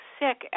sick